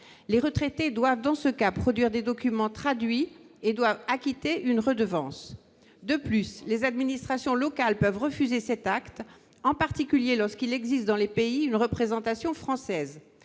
ce cas, ils doivent produire des documents traduits et acquitter une redevance. En outre, les administrations locales peuvent refuser cet acte, en particulier lorsqu'il existe dans le pays une représentation française.